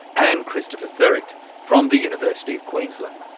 and kristopher thurecht from the university of queensland.